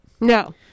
No